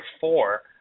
four